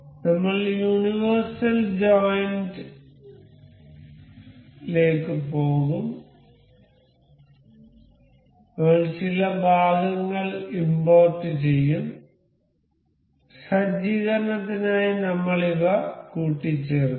നമ്മൾ universal joint പോകും നമ്മൾ ചില ഭാഗങ്ങൾ ഇമ്പോർട് ചെയ്യും സജ്ജീകരണത്തിനായി നമ്മൾ ഇവ കൂട്ടിച്ചേർക്കും